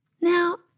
Now